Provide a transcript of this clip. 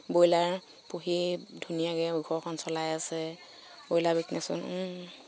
broiler পুহি ধুনীয়াকৈ ঘৰখন চলাই আছে ব্ৰইলাৰ বিজনেছ